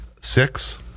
Six